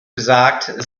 gesagt